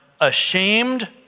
ashamed